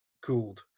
cooled